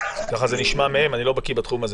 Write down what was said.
ככה זה נשמע מהם, אני לא בקיא בתחום הזה